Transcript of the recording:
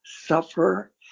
suffer